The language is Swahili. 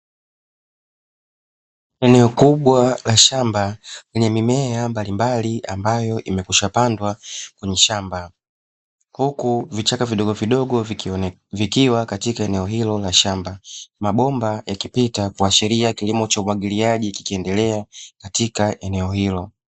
Eneo kubwa la shamba lenye mimea mbalimbali ambayo imekwisha pandwa kwenye shamba. Huku vichaka vidogovidogo vikiwa katika eneo hilo la shamba. Mabomba yakipita kuashiria kilimo cha umwagiliaji kikiendelea katika eneo hilo.